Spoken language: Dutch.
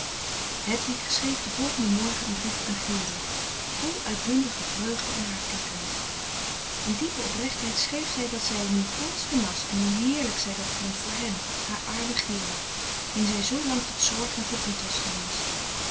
hedwig schreef den volgenden morgen een brief aan gerard vol uitbundige vreugde en hartelijkheid in diepe oprechtheid schreef zij dat zij nu gansch genas en hoe heerlijk zij dat vond voor hem haar armen gerard wien zij zoolang tot zorg en verdriet was geweest